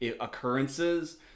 occurrences